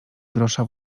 grosza